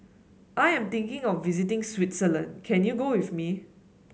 I am thinking of visiting Switzerland can you go with me